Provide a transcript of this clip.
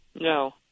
No